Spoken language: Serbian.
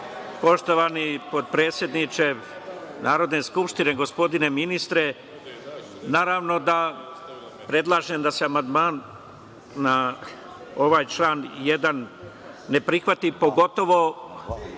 Poštovani potpredsedniče Narodne skupštine, gospodine ministre, naravno da predlažem da se amandman na ovaj član 1. ne prihvati, pogotovo